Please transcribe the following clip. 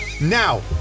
Now